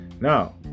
Now